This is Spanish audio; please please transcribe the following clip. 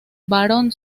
baron